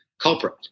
culprit